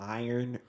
iron